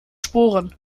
sporen